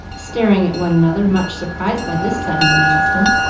staring at one another, much surprised by this sudden announcement.